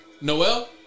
Noel